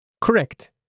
Correct